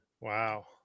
Wow